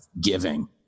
giving